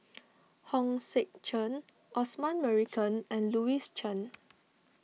Hong Sek Chern Osman Merican and Louis Chen